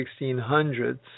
1600s